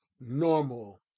normal